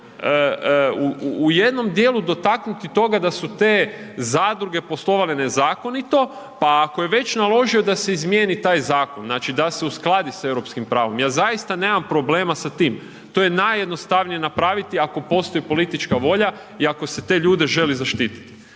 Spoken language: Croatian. u jednom dijelu dotaknuti toga da su te zadruge poslovale nezakonito, pa ako je već naložio da se izmijeni taj zakon, znači da se uskladi s europskim pravo, ja zaista nemam problema sa tim, to je najjednostavnije napraviti ako postoji politička volja i ako se te ljude želi zaštititi.